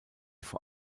vor